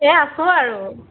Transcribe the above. এই আছোঁ আৰু